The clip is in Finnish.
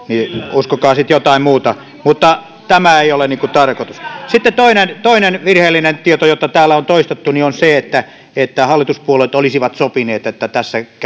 uskokaa sitten jotain muuta mutta tämä ei ole niin kuin tarkoitus sitten toinen toinen virheellinen tieto jota täällä on toistettu on se että että hallituspuolueet olisivat sopineet että tässä